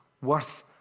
worth